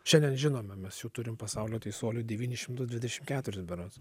šiandien žinome mes jau turim pasaulio teisuolių devyni šimtus dvidešim keturis berods